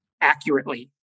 accurately